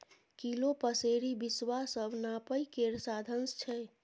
kilo, पसेरी, बिसवा सब नापय केर साधंश छै